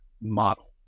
model